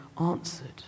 answered